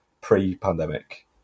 pre-pandemic